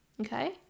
Okay